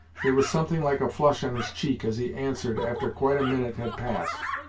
there was something like a flush on his cheek as he answered, after quite a minute had passed.